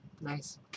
Nice